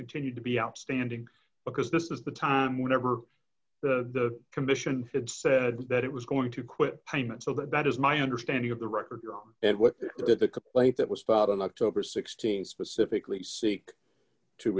continued to be outstanding because this is the time whenever the commission had said that it was going to quit payment so that is my understanding of the record and what the complaint that was filed on october th specifically seek t